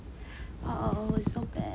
so bad